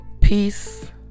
peace